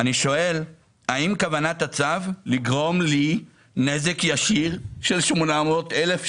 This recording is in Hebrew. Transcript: אני שואל האם כוונת הצו היא לגרום לי נזק ישיר של 800 אלף שקלים?